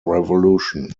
revolution